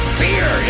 fear